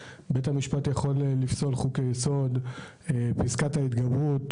משמעותית, פסקת ההתגברות